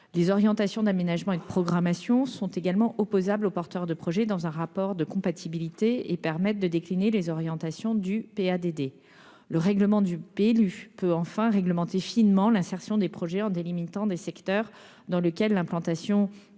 Les orientations d'aménagement et de programmation sont également opposables aux porteurs de projets dans un rapport de compatibilité et permettent de décliner les orientations du PADD. Le règlement du PLU peut enfin préciser finement l'insertion des projets en délimitant des secteurs dans lesquels l'implantation d'EnR